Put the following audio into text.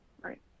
Right